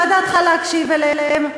מה דעתך להקשיב להם?